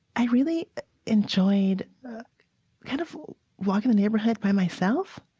i really enjoyed kind of walking the neighborhood by myself.